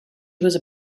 was